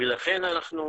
לכן,